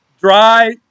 Dry